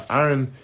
Aaron